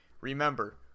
remember